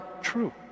true